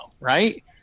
right